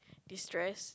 distressed